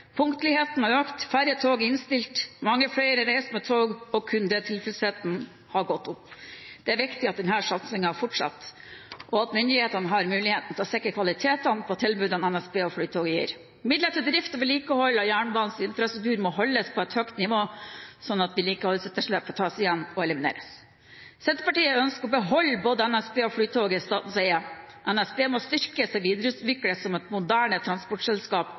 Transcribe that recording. punktligheten har økt, færre tog er innstilt, mange flere reiser med tog, og kundetilfredsheten har gått opp. Det er viktig at denne satsingen fortsetter, og at myndighetene har mulighet til å sikre kvaliteten på tilbudene NSB og Flytoget gir. Midler til drift og vedlikehold av jernbanens infrastruktur må holdes på et høyt nivå, slik at vedlikeholdsrtterslepet tas igjen og elimineres. Senterpartiet ønsker å beholde både NSB og Flytoget i statens eie. NSB må styrkes og videreutvikles som et moderne transportselskap